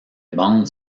bandes